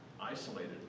isolated